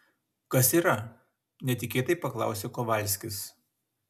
kas yra netikėtai paklausė kovalskis